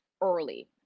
early